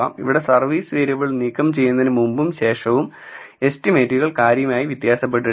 ഇവിടെ service variable നീക്കം ചെയ്യുന്നതിന് മുമ്പും ശേഷവും എസ്റ്റിമേറ്റുകൾ കാര്യമായി വ്യത്യാസപ്പെട്ടിട്ടില്ല